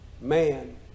Man